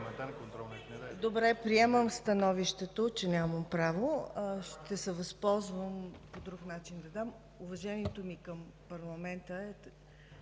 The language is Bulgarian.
Добре, приемам становището, че нямам право. Ще се възползвам по друг начин да дам отговор. Уважението ми към парламента,